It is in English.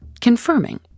confirming